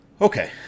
Okay